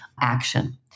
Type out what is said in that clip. action